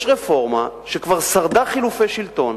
יש רפורמה שכבר שרדה חילופי שלטון,